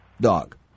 dog